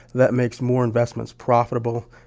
that makes more investments profitable.